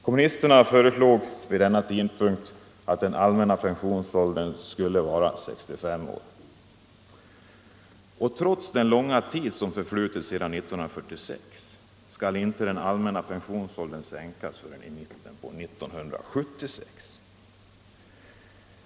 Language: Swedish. Kommunisterna föreslog vid denna tidpunkt att den allmänna pensionsåldern skulle vara 65 år. Trots den långa tid som förflutit sedan 1946 kommer den allmänna pensionsåldern inte att sänkas förrän i mitten på 1976.